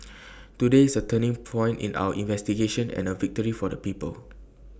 today is A turning point in our investigation and A victory for the people